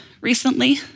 recently